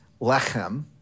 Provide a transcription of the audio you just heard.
lechem